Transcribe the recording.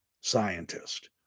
scientist